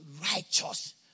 righteous